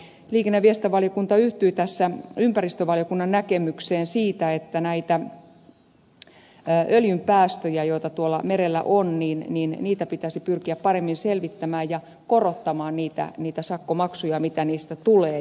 liikenne ja viestintävaliokunta yhtyi tässä ympäristövaliokunnan näkemykseen siitä että pitäisi pyrkiä paremmin selvittämään näitä öljypäästöjä joita tuolla merellä on niin minä niitä pitäisi pyrkiä paremmin selvittämään ja korottamaan niitä sakkomaksuja mitä niistä tulee